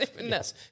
Yes